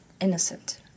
innocent